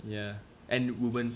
yeah and women